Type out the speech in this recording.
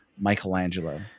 Michelangelo